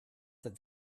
that